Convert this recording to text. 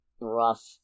Rough